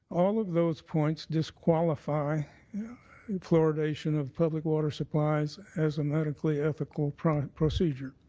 all of those points disqualify fluoridation of public water supplies as a medically ethical procedure.